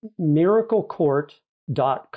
miraclecourt.com